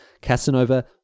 Casanova